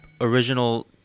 original